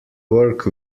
work